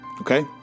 Okay